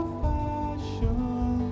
fashion